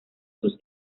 sus